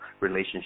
relationship